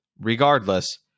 Regardless